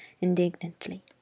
indignantly